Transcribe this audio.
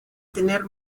tener